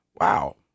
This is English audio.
Wow